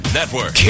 Network